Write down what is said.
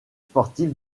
sportif